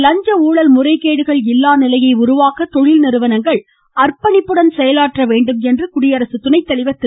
லஞ்ச ஊழல் முறைகேடுகள் இல்லாத நிலையை உருவாக்க தொழில்நிறுவனங்கள் அர்ப்பணிப்புடன் செயலாற்ற வேண்டும் என்று குடியரசு துணை தலைவர் திரு